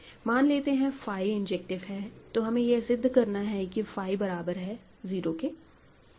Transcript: मान लेते हैं फाई इंजेक्टिव है तो हमें यह सिद्ध करना है कि फाई बराबर 0 है